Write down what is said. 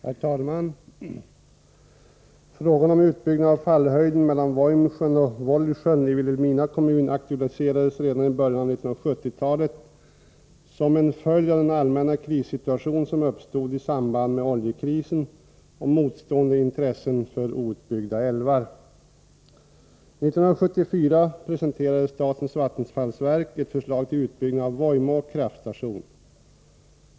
Herr talman! Frågan om utbyggnad av fallhöjden mellan Vojmsjön och Volgsjön i Vilhelmina kommun aktualiserades redan i början av 1970-talet som en följd av den allmänna krissituation som uppstod i samband med oljekrisen och motstående intressen för outbyggda älvar. År 1974 presenterade statens vattenfallsverk ett förslag till utbyggnad av Vojmå kraftstation.